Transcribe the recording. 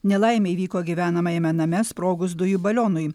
nelaimė įvyko gyvenamajame name sprogus dujų balionui